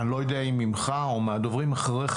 אני לא יודע אם ממך או מהדוברים אחריך